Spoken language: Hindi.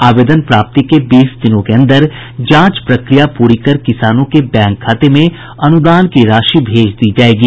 आवेदन प्राप्ति के बीस दिनों के अन्दर जांच प्रक्रिया पूरी कर किसानों के बैंक खाते में अनुदान की राशि भेज दी जायेगी